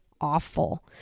awful